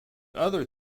other